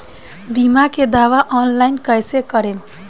बीमा के दावा ऑनलाइन कैसे करेम?